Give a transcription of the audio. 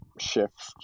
shift